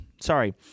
Sorry